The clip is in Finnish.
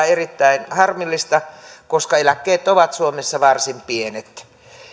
erittäin harmillista koska eläkkeet ovat suomessa varsin pienet